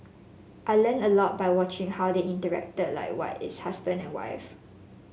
I learnt a lot by watching how they interacted like what is husband and wife